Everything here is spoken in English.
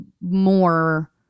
more